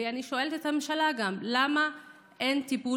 ואני גם שואלת את הממשלה: למה אין טיפול